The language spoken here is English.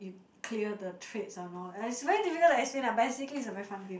clear the traits or not it's very difficult to explain lah basically it's a very fun game